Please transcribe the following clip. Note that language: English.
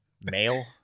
Male